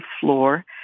floor